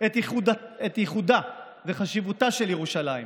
את ייחודה וחשיבותה של ירושלים